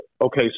Okay